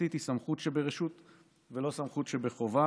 ממלכתית היא סמכות שברשות ולא סמכות שבחובה,